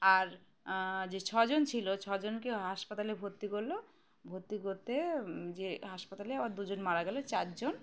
আর যে ছজন ছিল ছজনকে হাসপাতালে ভর্তি করলো ভর্তি করতে যে হাসপাতালে আবার দুজন মারা গেলো চারজন